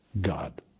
God